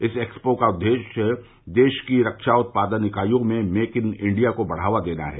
इस एक्सपो का उद्देश्य देश की रक्षा उत्पादन इकाइयों में भेक इन इंडिया को बढ़ावा देना है